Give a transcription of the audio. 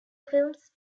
films